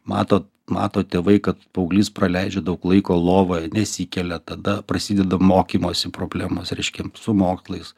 matot matote vaiką paauglys praleidžia daug laiko lovoje nesikelia tada prasideda mokymosi problemos reiškia su mokslais